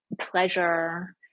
pleasure